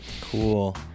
Cool